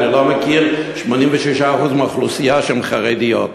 אני לא מכיר 86% מהאוכלוסייה שהן חרדיות.